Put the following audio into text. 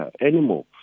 anymore